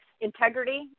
integrity